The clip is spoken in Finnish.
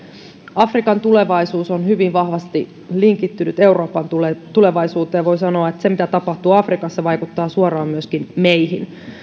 afrikan tulevaisuus on hyvin vahvasti linkittynyt euroopan tulevaisuuteen voi sanoa että se mitä tapahtuu afrikassa vaikuttaa suoraan myöskin meihin